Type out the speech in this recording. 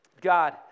God